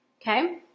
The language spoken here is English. Okay